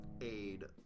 aid